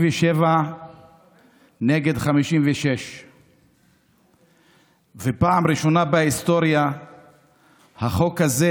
ב-57 נגד 56. פעם ראשונה בהיסטוריה החוק הזה,